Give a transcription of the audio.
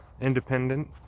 independent